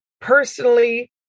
personally